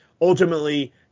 Ultimately